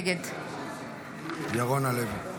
נגד ירון לוי,